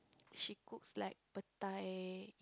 she cooks like petai